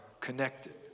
connected